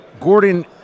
Gordon